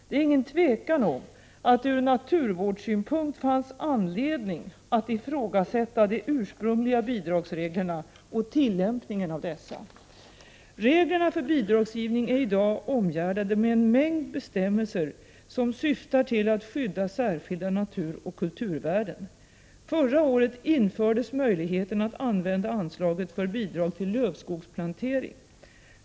Det är ingen tvekan om att det ur naturvårdssynpunkt fanns anledning att ifrågasätta de ursprungliga bidragsreglerna och tillämpningen av dessa. Reglerna för bidragsgivning är i dag omgärdade med en mängd bestämmelser som syftar till att skydda särskilda naturoch kulturvärden. Förra året infördes möjligheten att använda anslaget för bidrag till lövskogsplantering.